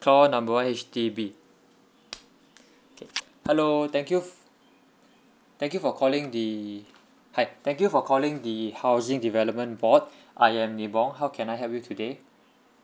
call number one H_D_B okay hello thank you f~ thank you for calling the hi thank you for calling the housing development board I am nibong how can I help you today